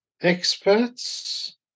experts